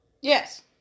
Yes